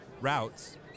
routes